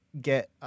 get